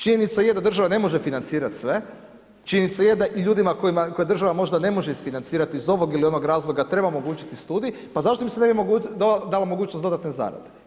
Činjenica je da država ne može financirati sve, činjenica je da i ljudima koje država možda ne može isfinancirati iz ovog ili onog razloga treba omogućiti studij, pa zašto se ne bi dala mogućnost dodatne zarade.